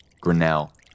Grinnell